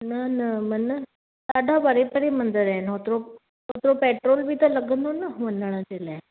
न न मन ॾाढा परे परे मंदर आहिनि ओतिरो ओतिरो पैट्रोल बि त लॻंदो न वञण जे लाइ